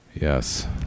Yes